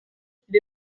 qu’il